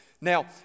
Now